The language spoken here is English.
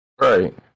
Right